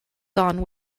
gone